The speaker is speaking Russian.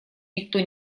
никто